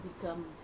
become